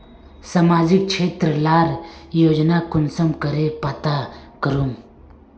सामाजिक क्षेत्र लार योजना कुंसम करे पता करूम?